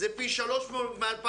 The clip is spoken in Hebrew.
זה פי שלוש מ-2019.